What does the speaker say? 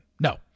No